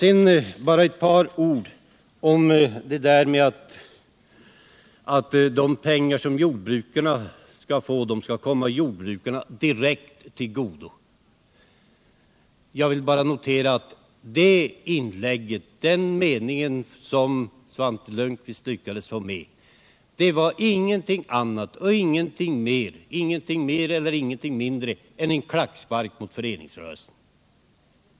Sedan bara ett par ord om talet att de pengar som jordbrukarna skall få skall komma dessa direkt till godo. Jag vill bara notera att den me var ingenting mer och ingenting mindre än en klackspark mot förenings rörelsen.